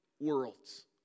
worlds